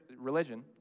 religion